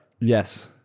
Yes